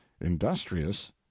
industrious